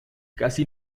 casi